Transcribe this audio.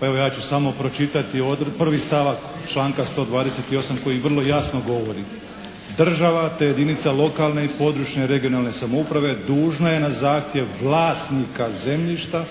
pa evo ja ću samo pročitati prvi stavak članka 128. koji vrlo jasno govori: “Država te jedinica lokalne i područne, regionalne samouprave dužna je na zahtjev vlasnika zemljišta